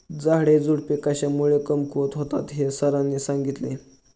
झाडेझुडपे कशामुळे कमकुवत होतात हे सरांनी सांगितले